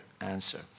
answer